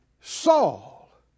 Saul